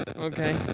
Okay